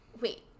Wait